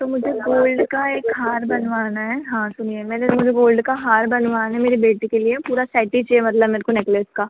तो मुझे गोल्ड का एक हार बनवाना है हाँ सुनिए मुझे गोल्ड का हार बनवाना है मेरी बेटी के लिए पूरा सेट ही चाहिए मतलब मेरे को नेकलेस का